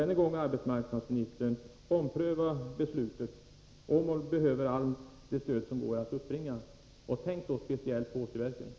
Än en gång, arbetsmarknadsministern: Ompröva beslutet — och tänk då speciellt på Åsiverken! Åmål behöver allt det stöd som går att uppbringa.